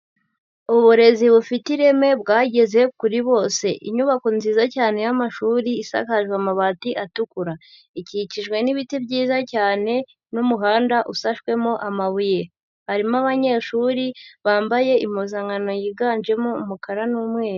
Uburezi bufite ireme bwageze kuri bose, inyubako nziza cyane y'amashuri isakajwe amabati atukura, ikikijwe n'ibiti byiza cyane n'umuhanda usashwemo amabuye, harimo abanyeshuri bambaye impuzankano yiganjemo umukara n'umweru.